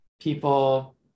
people